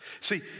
See